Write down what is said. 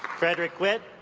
frederick whitt,